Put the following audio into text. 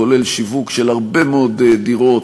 כולל שיווק של הרבה מאוד דירות